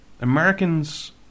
Americans